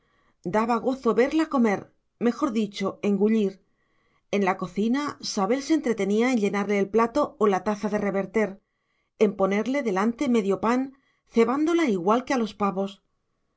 daba gozo verla comer mejor dicho engullir en la cocina sabel se entretenía en llenarle el plato o la taza a reverter en ponerle delante medio pan cebándola igual que a los pavos